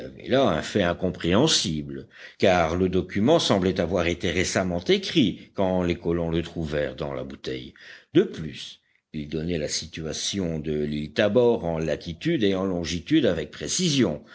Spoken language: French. là un fait incompréhensible car le document semblait avoir été récemment écrit quand les colons le trouvèrent dans la bouteille de plus il donnait la situation de l'île tabor en latitude et en longitude avec précision